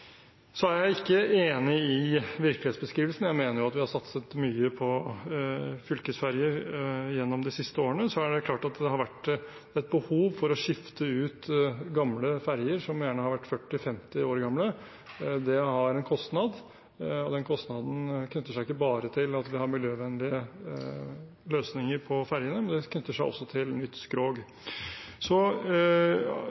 Så er jeg ikke enig i virkelighetsbeskrivelsen, jeg mener vi har satset mye på fylkesferger gjennom de siste årene. Det er klart at det har vært et behov for å skifte ut gamle ferger som gjerne har vært 40–50 år gamle. Det har en kostnad, og den kostnaden knytter seg ikke bare til at vi har miljøvennlige løsninger på fergene, det knytter seg også til nytt skrog.